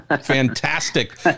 fantastic